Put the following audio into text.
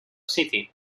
city